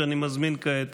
שאני מזמין כעת